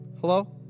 Hello